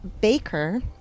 baker